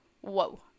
whoa